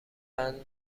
بند